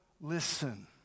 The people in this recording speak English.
listen